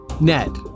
Ned